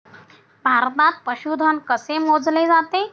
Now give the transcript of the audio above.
भारतात पशुधन कसे मोजले जाते?